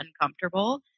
uncomfortable